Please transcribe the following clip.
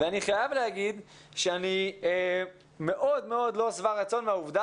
אני חייב להגיד שאני מאוד מאוד לא שבע-רצון מהעובדה